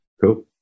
cool